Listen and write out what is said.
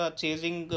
chasing